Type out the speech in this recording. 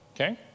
Okay